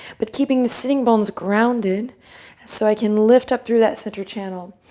but keeping the sitting bones grounded so i can lift up through that center channel.